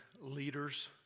leaders